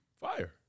Fire